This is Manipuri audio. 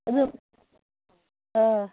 ꯑꯗꯨ ꯑꯥ